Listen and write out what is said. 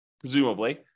presumably